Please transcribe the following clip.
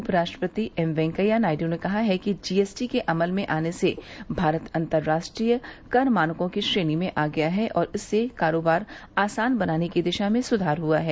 उपराष्ट्रपति एम वेंकैया नायडू ने कहा है कि जीएसटी के अमल में आने से भारत अंतरराष्ट्रीय कर मानकों की श्रेणी में आ गया है और इससे कारोबार आसान बनाने की दिशा में सुधार हुआ है